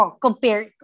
compare